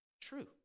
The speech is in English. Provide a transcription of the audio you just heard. true